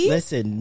Listen